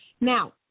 Now